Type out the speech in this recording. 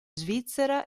svizzera